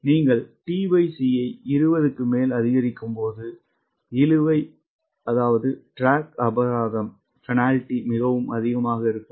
நீங்கள் tc ஐ 20 க்கு மேல் அதிகரிக்கும்போது இழுவை அபராதம் மிகவும் அதிகமாக இருக்கும்